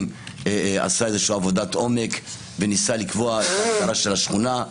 עשה איזושהי עבודת עומק וניסה לקבוע הגדרה של השכונה.